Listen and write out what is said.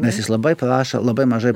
nes jis labai prašo labai mažai